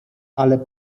ale